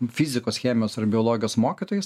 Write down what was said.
fizikos chemijos ar biologijos mokytojais